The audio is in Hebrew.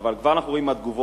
אבל כבר אנחנו רואים מהתגובות,